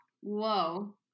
Whoa